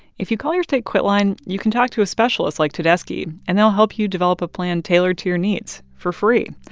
if you call your state quitline, you can talk to a specialist like tedeschi, and they'll help you develop a plan tailored to your needs for free.